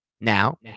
Now